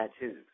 tattoos